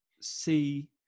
see